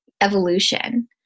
evolution